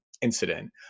incident